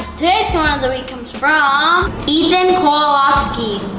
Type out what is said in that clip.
so um the week comes from ethan kowalski.